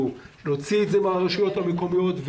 לא יוטלו על הרשויות המקומיות.